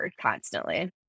constantly